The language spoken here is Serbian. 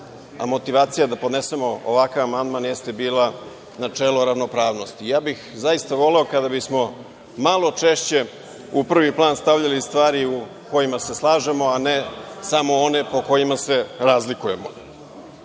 a motivacija da podnesemo ovakav amandman jeste bila načelo ravnopravnosti. Zaista bih voleo kada bismo malo češće u prvi plan stavljali stvari u kojima se slažemo, a ne samo one po kojima se razlikujemo. Želeli